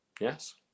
Yes